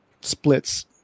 splits